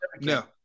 No